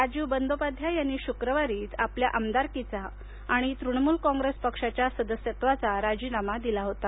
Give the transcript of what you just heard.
राजीव बंदोपाध्याय यांनी शुक्रवारीच आपल्या आमदारकीचा आणि तृणमूल कॉंग्रेस पक्षाच्या सदस्यत्वाचा राजीनामा दिला होता